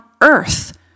earth